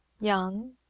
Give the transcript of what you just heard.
young